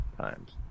times